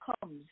comes